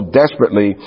desperately